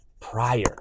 prior